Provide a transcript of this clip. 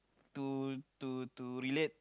to to to relate